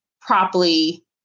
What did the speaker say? properly